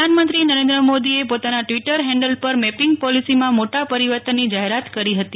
પ્રધાનમંત્રી નરેન્દ્ર મોદીએ ખુદ પોતાના ટ્વિટર હેન્ડલ પર મેપિંગ પૉલિસીમાં મોટા પરિવર્તનની જાહેરાત કરી હતી